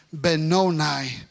Benoni